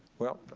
well,